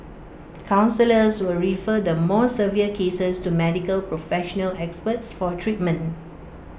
counsellors will refer the more severe cases to Medical professional experts for treatment